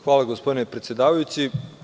Hvala gospodine predsedavajući.